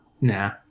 Nah